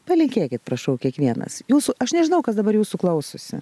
palinkėkit prašau kiekvienas jūsų aš nežinau kas dabar jūsų klausosi